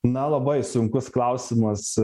na labai sunkus klausimas